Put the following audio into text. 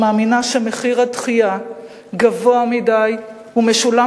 אני מאמינה שמחיר הדחייה גבוה מדי ומשולם